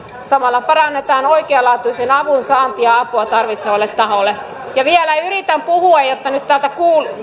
samalla parannetaan oikealaatuisen avun saantia apua tarvitsevalle taholle ja vielä yritän puhua yritän nyt täältä